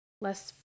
less